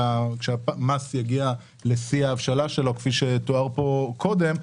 כשהמס יגיע לשיא ההבשלה שלו כפי שתואר פה קודם,